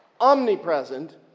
omnipresent